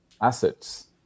assets